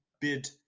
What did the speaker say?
bid